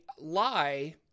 lie